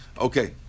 Okay